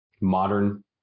modern